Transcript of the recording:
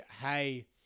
hey